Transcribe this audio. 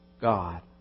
God